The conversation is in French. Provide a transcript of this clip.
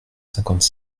cinquante